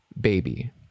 baby